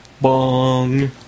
Bong